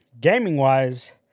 Gaming-wise